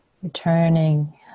Returning